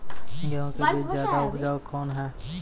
गेहूँ के बीज ज्यादा उपजाऊ कौन है?